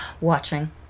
Watching